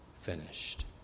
finished